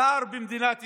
שר במדינת ישראל.